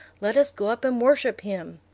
let us go up and worship him.